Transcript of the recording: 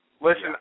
Listen